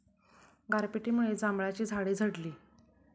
गारपिटीमुळे जांभळाची झाडे झडली